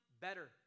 better